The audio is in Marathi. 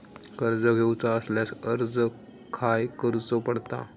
कर्ज घेऊचा असल्यास अर्ज खाय करूचो पडता?